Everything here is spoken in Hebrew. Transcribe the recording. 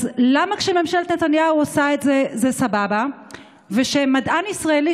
אז למה כשממשלת נתניהו עושה את זה זה סבבה וכשמדען ישראלי,